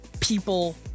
people